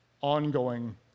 ongoing